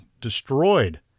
destroyed